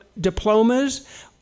diplomas